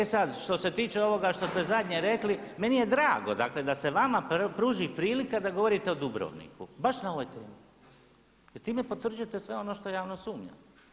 E sada što se tiče ovoga što ste zadnje rekli, meni je drago dakle da se vama pruži prilika da govorite o Dubrovniku, baš na ovoj temi jer time potvrđujete sve ono što javnost sumnja.